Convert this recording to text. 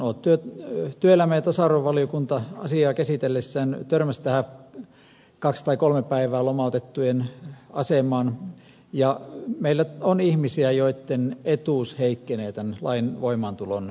työelämä ja tasa arvovaliokunta asiaa käsitellessään törmäsi tähän kaksi tai kolme päivää lomautettujen asemaan ja meillä on ihmisiä joitten etuus heikkenee tämän lain voimaantulon myötä